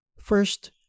First